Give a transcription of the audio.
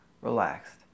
relaxed